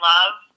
Love